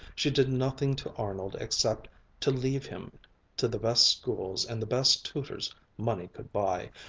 she did nothing to arnold except to leave him to the best schools and the best tutors money could buy.